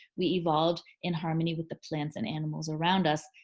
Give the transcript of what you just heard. we evolved in harmony with the plants and animals around us.